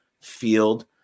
field